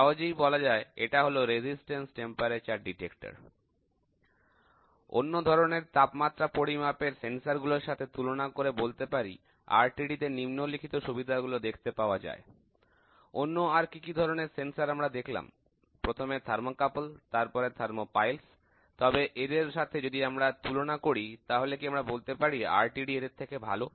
সহজেই বলা যায় এটা হল রোধক তাপমাত্রা শনাক্তকারী অন্য ধরনের তাপমাত্রা পরিমাপের সেন্সর গুলোর সাথে তুলনা করলে বলতে পারি RTD তে নিম্নলিখিত সুবিধাগুলি দেখতে পাওয়া যায় অন্য আর কি কি ধরনের সেন্সর আমরা দেখলাম প্রথমে থার্মোকাপল তারপরে তাপমৌল তবে এদের সাথে যদি আমি তুলনা করি তাহলে কি আমরা বলতে পারি RTD এদের থেকে ভালো